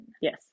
Yes